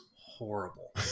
horrible